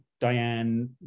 Diane